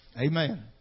Amen